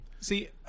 See